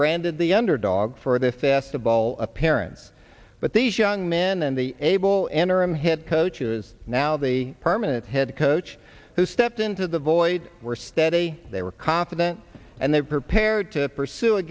branded the underdog for the fifth to bowl appearance but these young men and the able interim head coach is now the permanent head coach who stepped into the void were steady they were confident and they're prepared to pursue a